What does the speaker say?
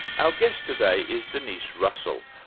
our guest today is denise russell,